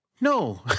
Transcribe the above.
no